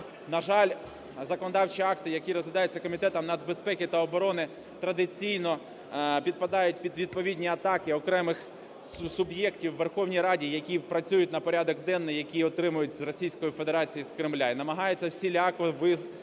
На жаль, законодавчі акти, які розглядаються Комітетом нацбезпеки та оборони традиційно підпадають під відповідні атаки окремих суб'єктів в Верховній Раді, які працюють на порядок денний, який отримують з Російської